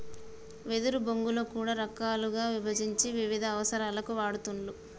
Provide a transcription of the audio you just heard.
వెదురు బొంగులో కూడా రకాలుగా విభజించి వివిధ అవసరాలకు వాడుతూండ్లు